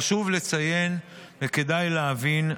חשוב לציין וכדאי להבין,